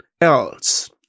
else